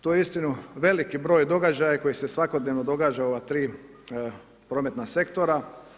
To je uistinu veliki broj događaja koji se svakodnevno događa u ova tri prometna sektora.